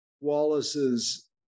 Wallace's